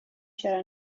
چرا